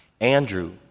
Andrew